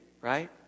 right